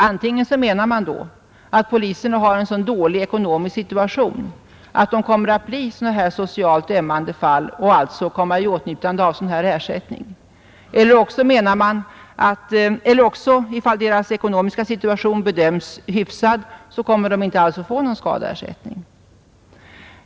Antingen menar man då att poliserna har en så dålig ekonomisk situation att de kommer att bli socialt ömmande fall och alltså komma i åtnjutande av sådan ersättning eller också menar man, ifall deras ekonomiska situation bedöms som hyfsad, att de inte kommer att få någon skadeersättning.